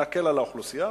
להקל על האוכלוסייה.